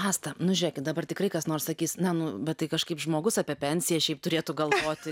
asta nu žiūėkit dabar tikrai kas nors sakys na nu bet tai kažkaip žmogus apie pensiją šiaip turėtų galvoti